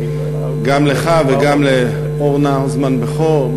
גם לך וגם לאורנה הוזמן-בכור,